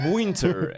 winter